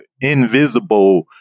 invisible